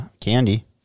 candy